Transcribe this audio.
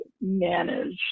manage